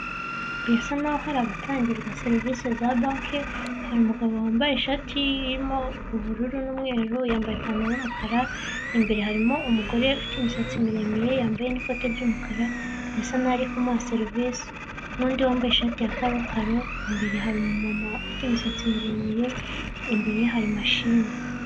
Birasa nk'aho ari abatangirwa serivisi za banki, hari umugabo wambaye ishati irimo ubururu n'umweru, yambaye ipantaro y'umukara; imbere harimo umugore ufite imisatsi miremire yambaye n'ikote ry'umukara; birasa n'aho ari kumuha serivisi, n'undi wambaye ishati ya karokaro, imbere hari ufite imisatsi miremire, imbere ye hari mashine.